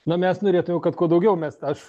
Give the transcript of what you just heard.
na mes norėtume kad kuo daugiau mes aš